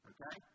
Okay